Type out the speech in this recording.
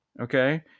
Okay